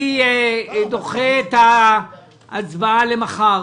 אני דוחה את ההצבעה למחר.